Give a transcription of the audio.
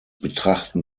betrachten